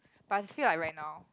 but I feel like right now